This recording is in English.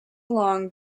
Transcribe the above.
along